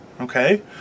Okay